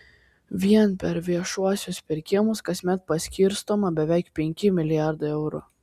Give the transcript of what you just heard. vien per viešuosius pirkimus kasmet paskirstoma beveik penki milijardai eurų